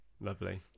Lovely